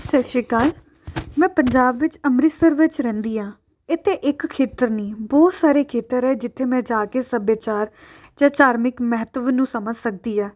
ਸਤਿ ਸ਼੍ਰੀ ਅਕਾਲ ਮੈਂ ਪੰਜਾਬ ਵਿੱਚ ਅੰਮ੍ਰਿਤਸਰ ਵਿੱਚ ਰਹਿੰਦੀ ਹਾਂ ਇੱਥੇ ਇੱਕ ਖੇਤਰ ਨਹੀਂ ਬਹੁਤ ਸਾਰੇ ਖੇਤਰ ਹੈ ਜਿੱਥੇ ਮੈਂ ਜਾ ਕੇ ਸੱਭਿਆਚਾਰ ਜਾਂ ਧਾਰਮਿਕ ਮਹੱਤਵ ਨੂੰ ਸਮਝ ਸਕਦੀ ਹਾਂ